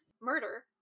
murder